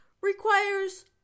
requires